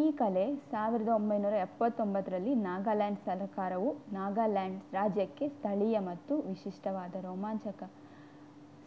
ಈ ಕಲೆ ಸಾವಿರದ ಒಂಬೈನೂರ ಎಪ್ಪತ್ತೊಂಬತ್ತರಲ್ಲಿ ನಾಗಾಲ್ಯಾಂಡ್ ಸರಕಾರವು ನಾಗಾಲ್ಯಾಂಡ್ ರಾಜ್ಯಕ್ಕೆ ಸ್ಥಳೀಯ ಮತ್ತು ವಿಶಿಷ್ಟವಾದ ರೋಮಾಂಚಕ